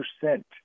percent